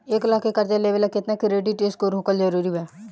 एक लाख के कर्जा लेवेला केतना क्रेडिट स्कोर होखल् जरूरी बा?